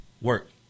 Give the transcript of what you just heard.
work